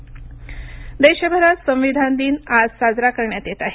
संविधान दिन देशभरात संविधान दिन आज साजरा करण्यात येत आहे